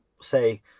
say